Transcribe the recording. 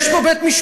יש פה בית-משפט.